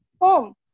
home